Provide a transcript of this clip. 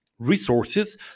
resources